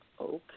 Okay